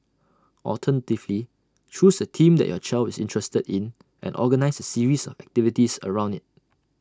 alternatively choose A theme that your child is interested in and organise A series of activities around IT